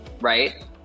right